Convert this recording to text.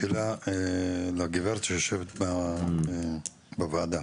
לשאלה לגברת שיושבת בוועדה,